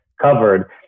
covered